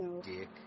Dick